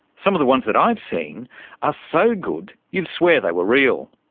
some of the ones that i've seen are so good, you'd swear they were real.